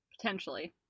Potentially